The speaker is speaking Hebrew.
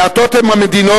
מעטות הן המדינות,